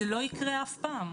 זה לא יקרה אף פעם.